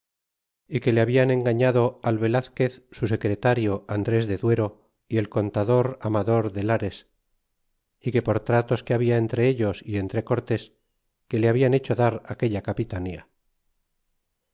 y que le baldan engañado al velazquez su secretario andres de duero y el contador amador de lares y que por tratos que habia entre ellos y entre cortés que le habitan hecho dar aquella capitanía